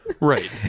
Right